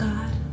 God